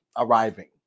arriving